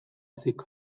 ezik